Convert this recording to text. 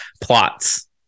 plots